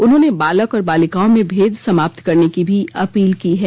उन्होंने बालक और बालिकाओं में भेद समाप्त करने की भी अपील की है